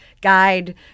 guide